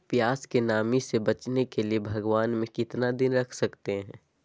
प्यास की नामी से बचने के लिए भगवान में कितना दिन रख सकते हैं?